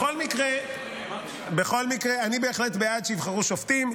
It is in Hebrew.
בכל מקרה, אני בהחלט בעד שיבחרו שופטים.